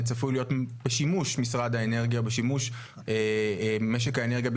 צפוי להיות בשימוש משרד האנרגיה,